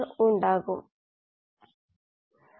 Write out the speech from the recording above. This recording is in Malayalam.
കോശ ഗാഢതയുടെ അളവുകോലായിട്ടാണ് നമ്മൾ ഇതിനെക്കുറിച്ച് സംസാരിച്ചത്